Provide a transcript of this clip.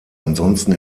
ansonsten